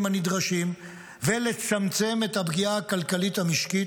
הנדרשים ולצמצם את הפגיעה הכלכלית המשקית,